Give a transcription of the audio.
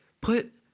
put